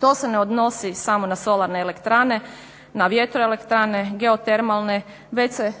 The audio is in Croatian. To se ne odnosi samo na solarne elektrane na vjertroelektrane, geotermalne, već se